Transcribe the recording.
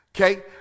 Okay